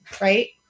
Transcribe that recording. right